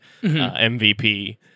MVP